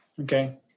okay